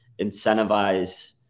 incentivize